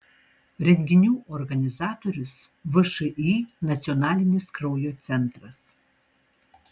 renginių organizatorius všį nacionalinis kraujo centras